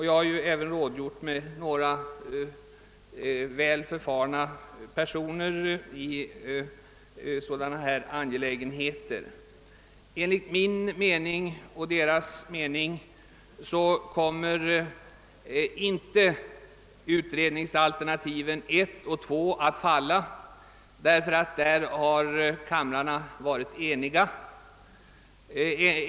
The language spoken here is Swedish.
Jag har rådgjort med några personer som är väl förfarna i frågor av detta slag. Enligt min och deras mening kommer utredningsalternativen 1 och 2 inte att falla, eftersom kamrarna varit eniga beträffande dem.